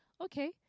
Okay